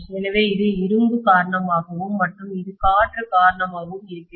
எனவே இது இரும்பு காரணமாகவும் மற்றும் இது காற்று காரணமாகவும் இருக்கிறது